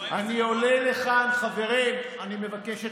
אני עולה לכאן, חברים, אני מבקש שתקשיבו,